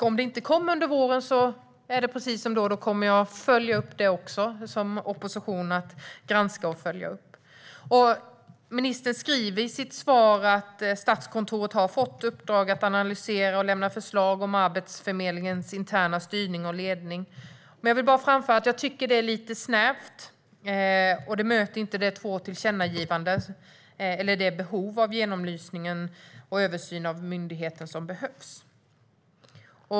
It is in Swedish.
Om den inte kommer under våren kommer jag att följa upp det också. Oppositionen ska ju granska och följa upp. Ministern säger i sitt svar att Statskontoret har fått i uppdrag att analysera och lämna förslag om Arbetsförmedlingens interna styrning och ledning. Jag vill bara framföra att jag tycker att det är lite snävt. Det möter inte de två tillkännagivandena eller det behov av genomlysning och översyn av myndigheten som behövs.